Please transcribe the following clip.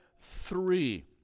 three